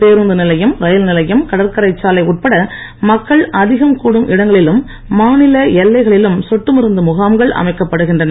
பேருந்து நிலையம் ரயில் நிலையம் கடற்கரை சாலை உட்பட மக்கள் அதிகம் கூடும் இடங்களிலும் மாநில எல்லைகளிலும் சொட்டுமருந்து முகாம்கள் அமைக்கப்படுகின்றன